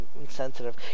insensitive